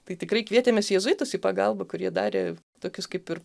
tai tikrai kvietėmės jėzuitus į pagalbą kurie darė tokius kaip ir